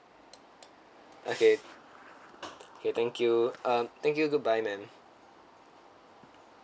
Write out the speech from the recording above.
okay K thank you uh thank you good bye ma'am